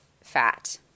fat